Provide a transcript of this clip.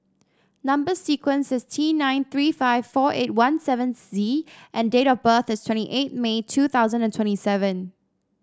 number sequence is T nine three five four eight one seven Z and date of birth is twenty eight May two thousand and twenty seven